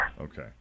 Okay